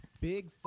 big